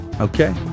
Okay